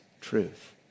truth